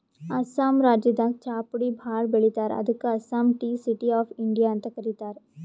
ಅಸ್ಸಾಂ ರಾಜ್ಯದಾಗ್ ಚಾಪುಡಿ ಭಾಳ್ ಬೆಳಿತಾರ್ ಅದಕ್ಕ್ ಅಸ್ಸಾಂಗ್ ಟೀ ಸಿಟಿ ಆಫ್ ಇಂಡಿಯಾ ಅಂತ್ ಕರಿತಾರ್